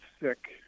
sick